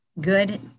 good